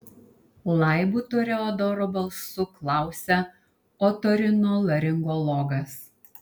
laibu toreadoro balsu klausia otorinolaringologas